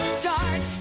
start